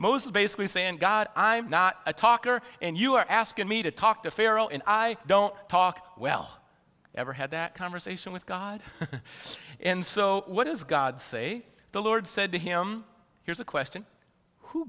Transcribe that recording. most basically saying god i'm not a talker and you are asking me to talk to pharaoh and i don't talk well ever had that conversation with god and so what does god say the lord said to him here's a question who